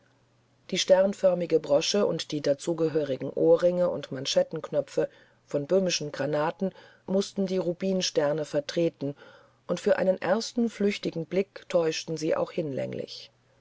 die sternförmige brosche und die dazu gehörigen ohrringe und manschettenknöpfe von böhmischen granaten mußten die rubinensterne vertreten und für einen ersten flüchtigen blick täuschten sie auch hinlänglich